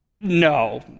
No